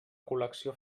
col·lecció